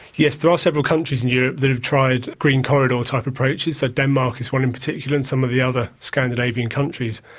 yes there are several countries in europe that've tried green corridor type approaches, denmark is one in particular and some of the other scandinavian countries.